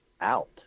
out